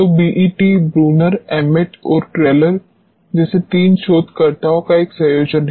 तो BET Brunauer Emmett और Teller जैसे तीन शोधकर्ताओं का एक संयोजन है